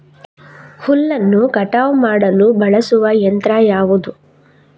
ಹುಲ್ಲನ್ನು ಕಟಾವು ಮಾಡಲು ಬಳಸುವ ಯಂತ್ರ ಯಾವುದು?